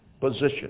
position